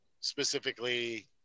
specifically